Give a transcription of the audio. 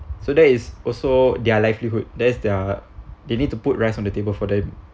so that is also their livelihood that's their they need to put rice on the table for them